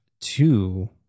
two